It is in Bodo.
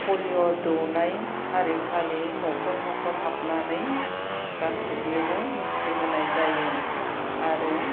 पलिय' दौनाय थारिख खालि न'खर न'खर हाबनानै गासिबनोबो मिथिहोनाय जायो आरो